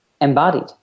Embodied